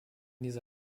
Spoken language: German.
diese